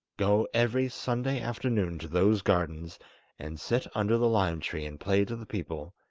go every sunday afternoon to those gardens and sit under the lime tree and play to the people,